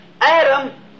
Adam